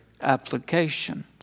application